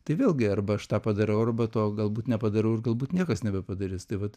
tai vėlgi arba aš tą padarau arba to galbūt nepadarau ir galbūt niekas nebepadarys tai vat